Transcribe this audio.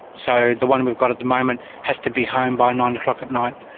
so the one we've got at the moment has to be home by nine o'clock at night.